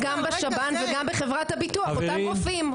גם בשב"ן וגם בחברת הביטוח אותם רופאים,